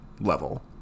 level